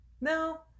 No